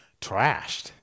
trashed